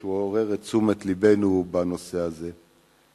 שהוא עורר את תשומת לבנו בנושא הזה.